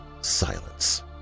silence